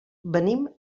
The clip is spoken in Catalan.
venim